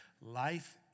Life